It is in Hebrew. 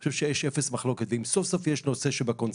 אני חושב שיש אפס מחלוקת ואם סוף סוף יש נושא שבקונצנזוס,